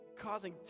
causing